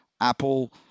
Apple